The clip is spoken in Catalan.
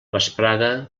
vesprada